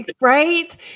right